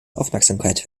aufmerksamkeit